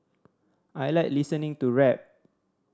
I like listening to rap